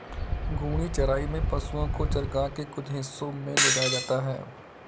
घूर्णी चराई में पशुओ को चरगाह के कुछ हिस्सों में ले जाया जाता है